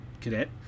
cadet